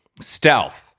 stealth